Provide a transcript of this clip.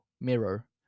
mirror